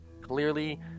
Clearly